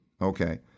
okay